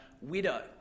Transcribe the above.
widow